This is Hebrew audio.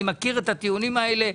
אני מכיר את הטיעונים האלה.